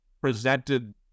presented